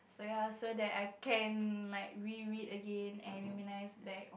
so ya so that I can like re read again and reminisce back